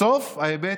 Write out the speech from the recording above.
בסוף, האמת